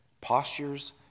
Postures